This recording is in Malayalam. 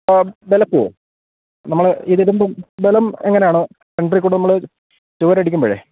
ബല പോവും നമ്മള് ഇതിലും ബലം എങ്ങനെയാണോ കണ്ട്രിക്കൂടെ നമ്മള് ചോുവരടിക്കുമ്പഴേ